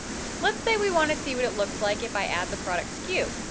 let's say we want to see what it looks like if i add the product sku.